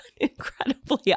incredibly